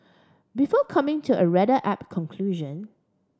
before coming to a rather apt conclusion